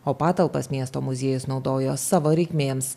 o patalpas miesto muziejus naudojo savo reikmėms